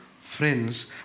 friends